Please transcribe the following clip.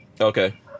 Okay